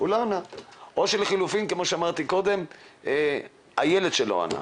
או שלחילופין, כפי שאמרתי קודם, הילד שלו ענה.